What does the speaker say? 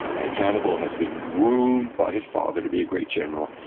and hannibal has been groomed by his father to be a great general,